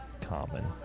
common